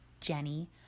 Jenny